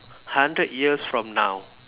hundred years from now